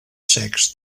secs